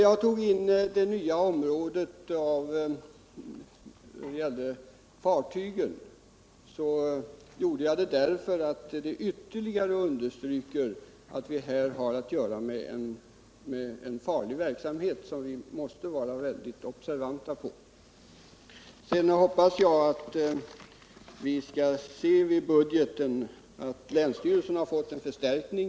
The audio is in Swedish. Jag tog upp ett nytt område, utsläppen från fartyg, därför att jag ytterligare ville understryka att vi även på sjöfartens område har att göra med en farlig verksamhet där vi måste vara väldigt observanta. Jag hoppas att vi i samband med budgetarbetet kommer att få erfara att länsstyrelsen har fått en förstärkning.